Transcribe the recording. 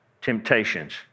temptations